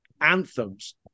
anthems